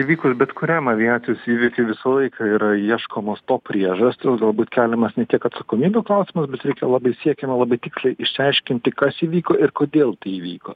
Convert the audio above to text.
įvykus bet kuriam aviacijos įvykiui visą laiką yra ieškomos to priežastys galbūt keliamas ne tiek atsakomybių klausimas bet reikia labai siekiama labai tiksliai išsiaiškinti kas įvyko ir kodėl tai įvyko